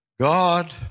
God